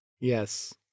Yes